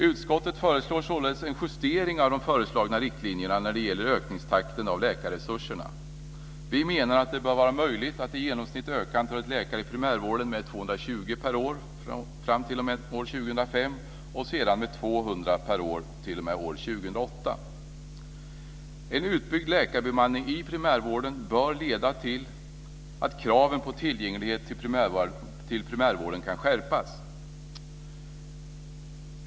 Utskottet föreslår således en justering av de föreslagna riktlinjerna när det gäller ökningstakten av läkarresurserna. Vi menar att det bör vara möjligt att i genomsnitt öka antalet läkare i primärvården med 220 En utbyggd läkarbemanning i primärvården bör leda till att kraven på tillgänglighet till primärvården kan skärpas.